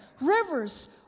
Rivers